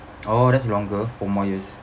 oh that's longer four more years